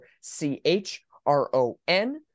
C-H-R-O-N